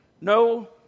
No